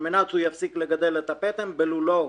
על מנת שהוא יפסיק לגדל את הפטם, בלולו הוא.